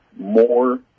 more